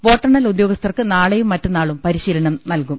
വോട്ടെണ്ണൽ ഉദ്യോഗസ്ഥർക്ക് നാളെയും മറ്റന്നാളും പരിശീ ലനം നൽകും